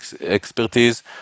expertise